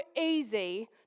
easy